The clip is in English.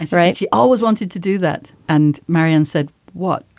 right. you always wanted to do that and marianne said, what,